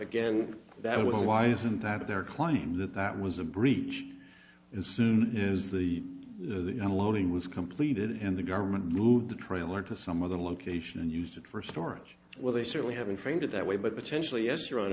again that well why isn't that their claim that that was a breach as soon as the unloading was completed and the government moved the trailer to some other location and used it for storage well they certainly haven't framed it that way but potentially